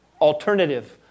alternative